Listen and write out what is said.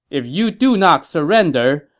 if you do not surrender,